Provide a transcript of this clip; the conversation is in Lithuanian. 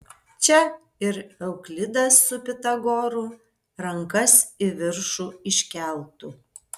čia ir euklidas su pitagoru rankas į viršų iškeltų